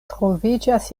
troviĝas